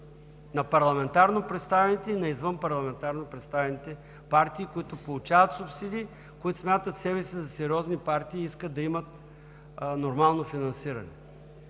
на парламентарно представените и на извънпарламентарно представените партии, които получават субсидии, които смятат себе си за сериозни партии и искат да имат нормално финансиране.